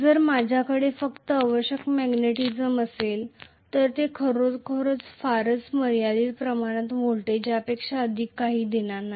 जर माझ्याकडे फक्त अवशिष्ट मॅग्नेटिझम असेल तर ते खरोखर फारच मर्यादित प्रमाणात व्होल्टेज यापेक्षा अधिक काही देणार नाही